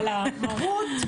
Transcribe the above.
אבל לא המהות,